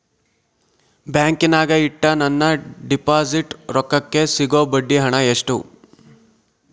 ಬ್ಯಾಂಕಿನಾಗ ಇಟ್ಟ ನನ್ನ ಡಿಪಾಸಿಟ್ ರೊಕ್ಕಕ್ಕೆ ಸಿಗೋ ಬಡ್ಡಿ ಹಣ ಎಷ್ಟು?